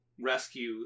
rescue